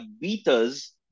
beaters